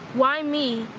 why me?